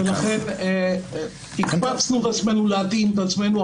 -- ולכן הקפצנו את עצמנו להתאים את עצמנו,